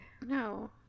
No